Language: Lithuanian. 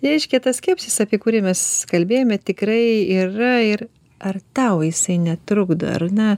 reiškia tas skepsis apie kurį mes kalbėjome tikrai yra ir ar tau jisai netrukdo ar ne